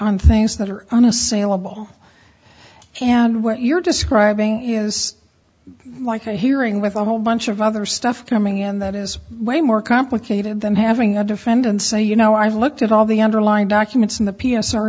on things that are unassailable and what you're describing is like a hearing with a whole bunch of other stuff coming in that is way more complicated than having a defendant say you know i've looked at all the underlying documents in the p